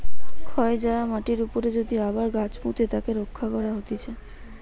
ক্ষয় যায়া মাটির উপরে যদি আবার গাছ পুঁতে তাকে রক্ষা করা হতিছে